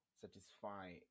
satisfy